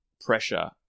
pressure